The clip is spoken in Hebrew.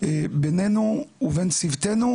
ביננו ובין צוותינו,